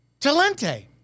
Talente